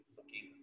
looking